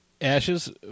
Ashes